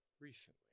recently